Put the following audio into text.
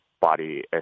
body